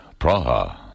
Praha